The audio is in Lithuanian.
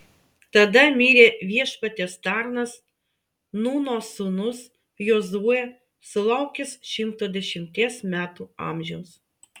tada mirė viešpaties tarnas nūno sūnus jozuė sulaukęs šimto dešimties metų amžiaus